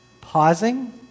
pausing